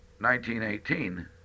1918